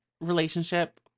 relationship